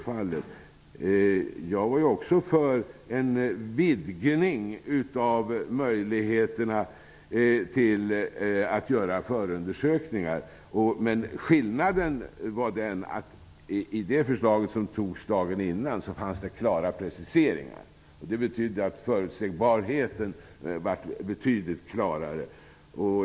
Också jag var för en vidgning av möjligheterna att göra förundersökningar. Skillnaden var att det i förslaget från dagen före fanns klara preciseringar, vilket gjorde förutsägbarheten större.